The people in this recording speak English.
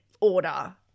order